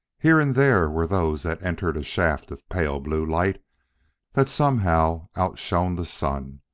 here and there were those that entered a shaft of pale-blue light that somehow outshone the sun.